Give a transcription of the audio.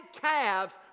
calves